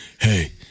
Hey